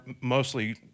mostly